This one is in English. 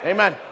Amen